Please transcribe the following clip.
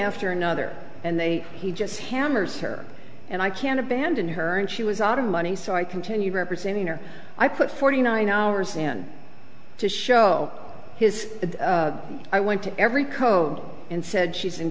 after another and they he just hammers her and i can't abandon her and she was out of money so i continued representing her i put forty nine hours in to show his i went to every code and said she's